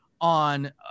on